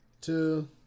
two